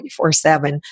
24-7